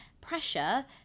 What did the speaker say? pressure